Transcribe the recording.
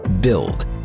build